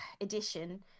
Edition